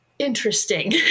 Interesting